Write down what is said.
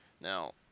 now